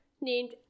named